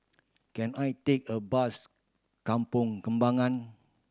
can I take a bus Kampong Kembangan